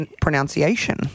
pronunciation